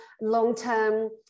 long-term